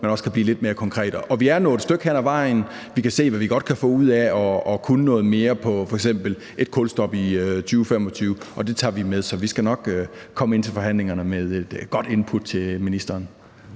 det også kan blive lidt mere konkret. Og vi er nået et stykke ad vejen. Vi kan se, hvad vi godt kan få ud af at kunne noget mere, f.eks. i forhold til et kulstop i 2025, og det tager vi med. Så vi skal nok komme til forhandlingerne med et godt input til ministeren.